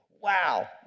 Wow